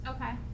Okay